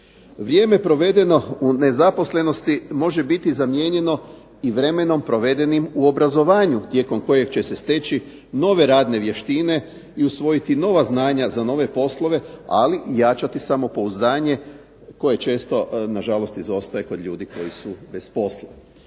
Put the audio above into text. Vrijeme provedeno u nezaposlenosti može biti zamijenjeno i vremenom provedenim u obrazovanju tijekom kojeg će se steći nove radne vještine i usvojiti nova znanja za nove poslove, ali i jačati samopouzdanje koje često na žalost izostaje kod ljudi koji su bez posla.